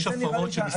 חסרה עמודת ההפרות.